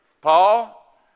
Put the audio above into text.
Paul